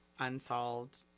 unsolved